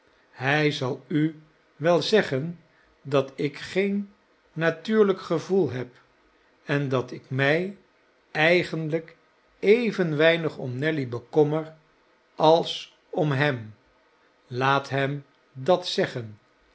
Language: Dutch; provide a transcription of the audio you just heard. hij zal u wel zeggen dat ik geen natuurlijk gevoel heb en dat ik mij eigenlijk even weinig om nelly bekommer als om hem laat hem dat zeggen